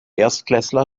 erstklässler